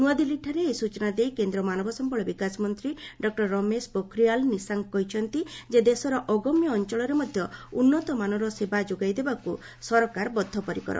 ନ୍ତାଦିଲ୍ଲୀଠାରେ ଏହି ସୂଚନା ଦେଇ କେନ୍ଦ୍ରମାନବ ସମ୍ଭଳ ବିକାଶ ମନ୍ତ୍ରୀ ଡଃ ରମେଶ ପୋଖରିଆଲ୍ ନିଶାଙ୍କ କହିଛନ୍ତି ଯେ ଦେଶର ଅଗ୍ରମ୍ୟ ଅଞ୍ଚଳରେ ମଧ୍ୟ ଉନ୍ନତି ମାନର ସେବା ଯୋଗାଇ ଦେବାକୁ ସରକାର ବଦ୍ଧପରିକର